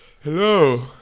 Hello